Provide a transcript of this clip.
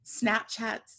Snapchats